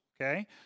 okay